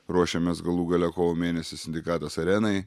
ruošiamės galų gale kovo mėnesį sindikatas arenai